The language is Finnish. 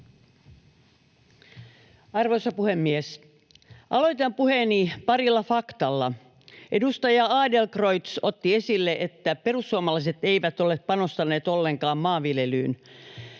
Arvoisa puhemies! Aloitan puheeni parilla faktalla. Edustaja Adlercreutz otti esille, että perussuomalaiset eivät ole panostaneet ollenkaan maanviljelyyn.